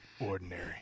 ordinary